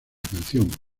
canción